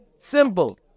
Simple